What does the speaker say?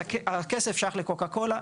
אז הכסף שייך לקוקה קולה.